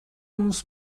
mums